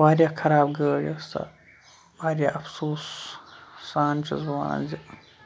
واریاہ خراب گٲڑۍ ٲس سۄ واریاہ اَفسوٗس سان چھُس بہٕ وَنان زِ